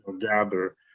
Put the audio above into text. gather